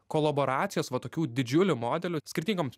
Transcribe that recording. kolaboracijos va tokių didžiulių modelių skirtingoms